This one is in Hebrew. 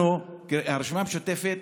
אנחנו, הרשימה המשותפת,